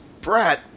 brat